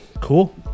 Cool